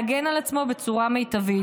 להגן על עצמו בצורה מיטבית.